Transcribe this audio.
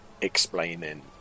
Explaining